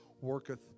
worketh